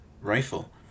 Rifle